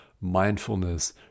mindfulness